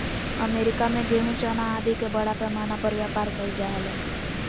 America में गेहूँ, चना आदि के बड़ा पैमाना पर व्यापार कइल जा हलय